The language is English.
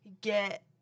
get